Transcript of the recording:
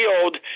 field